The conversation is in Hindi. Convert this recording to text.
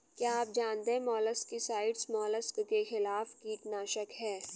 क्या आप जानते है मोलस्किसाइड्स मोलस्क के खिलाफ कीटनाशक हैं?